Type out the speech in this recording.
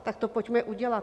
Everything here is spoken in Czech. Tak to pojďme udělat.